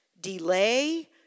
delay